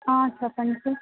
చెప్పండి సార్